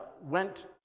went